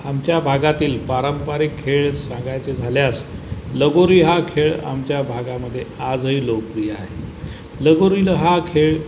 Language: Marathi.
आमच्या भागातील पारंपरिक खेळ सांगायचे झाल्यास लगोरी हा खेळ आमच्या भागामध्ये आजही लोकप्रिय आहे लगोरी हा खेळ